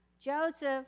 Joseph